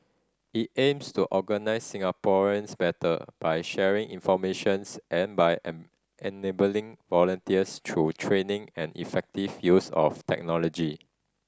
it aims to organise Singaporeans better by sharing information and by enabling volunteers through training and effective use of technology